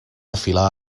afiliar